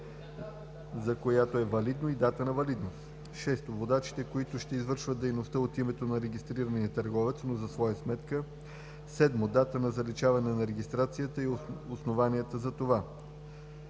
за която е валидно, и дата на валидност. 6. водачите, които ще извършват дейността от името на регистрирания търговец, но за своя сметка. 7. дата на заличаване на регистрацията и основанията за това.“